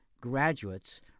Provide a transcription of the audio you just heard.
graduates